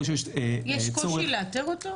יש קושי לאתר אותו?